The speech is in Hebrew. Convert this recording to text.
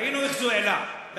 ראינו איך זה העלה בעבר.